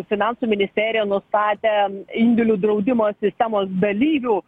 finansų ministerija nustatė indėlių draudimo sistemos dalyvių